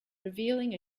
revealing